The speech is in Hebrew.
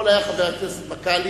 יכול היה חבר הכנסת מגלי